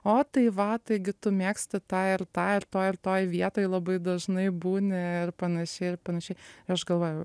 o tai va tai gi tu mėgsti tą ir tą ir toj ir toj vietoj labai dažnai būni ir panašiai ir panašiai aš galvojau